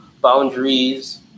boundaries